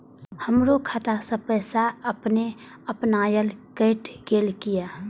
हमरो खाता से पैसा अपने अपनायल केट गेल किया?